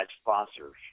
sponsors